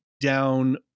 down